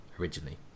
originally